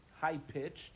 high-pitched